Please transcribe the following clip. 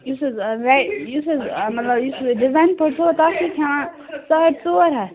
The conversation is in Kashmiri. یُس حظ وٮ۪ یُس حظ مطلب یُس ڈِزاین پٲٹھۍ چھُو تَتھ چھِ أسۍ ہٮ۪وان ساڑ ژور ہَتھ